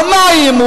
על מה האי-אמון?